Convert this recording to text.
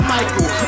Michael